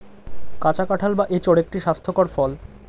কাঁচা কাঁঠাল বা এঁচোড় একটি স্বাস্থ্যকর ফল